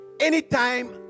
anytime